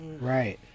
Right